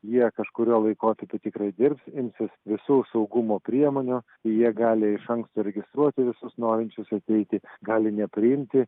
jie kažkuriuo laikotarpiu tikrai dirbs imsis visų saugumo priemonių ir jie gali iš anksto registruoti visus norinčius ateiti gali nepriimti